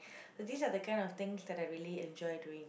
so these are the kind of things that I really enjoy doing